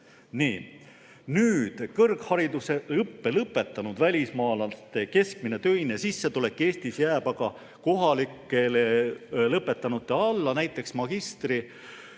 kõrghariduse õppe lõpetanud välismaalaste keskmine töine sissetulek Eestis jääb aga kohalikele lõpetanutele alla, näiteks magistriõppe